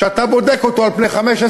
שאתה בודק אותו על פני חמש,